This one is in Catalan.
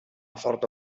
forta